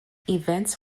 events